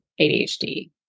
ADHD